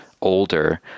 older